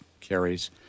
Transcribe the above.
carries